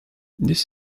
this